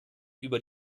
über